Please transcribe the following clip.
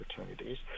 opportunities